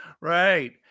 right